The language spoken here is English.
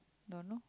don't know